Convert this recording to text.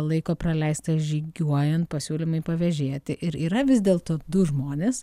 laiko praleista žygiuojant pasiūlymai pavėžėti ir yra vis dėlto du žmonės